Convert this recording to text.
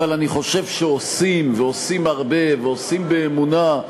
אבל אני חושב שעושים, ועושים הרבה, עושים באמונה,